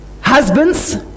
husbands